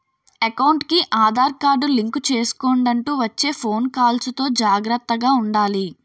ఎకౌంటుకి Aadhaar card link చేసుకొండంటూ వచ్చే ఫోను కాల్స్ తో జాగర్తగా ఉండాలి